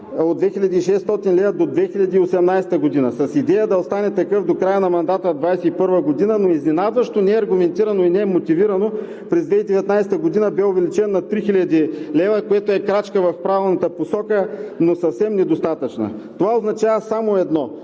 от 2600 лв. – до 2018 г., с идеята да остане такъв до края на мандата от 2021 г., но изненадващо неаргументирано и немотивирано през 2019 г. бе увеличен на 3000 лв., което е крачка в правилната посока, но съвсем недостатъчна. Това означава само едно,